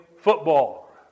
football